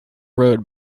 road